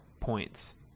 points